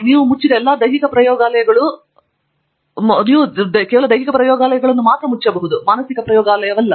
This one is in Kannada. ನೀವು ಮುಚ್ಚಿದ ಎಲ್ಲಾ ದೈಹಿಕ ಪ್ರಯೋಗಾಲಯಗಳು ಆದರೆ ನೀವು ಹೊಂದಿರುವ ಮಾನಸಿಕ ಪ್ರಯೋಗಾಲಯವಲ್ಲ